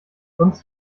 sonst